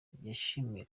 yashimiye